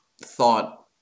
thought